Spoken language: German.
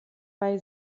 bei